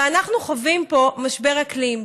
אבל אנחנו חווים פה משבר אקלים.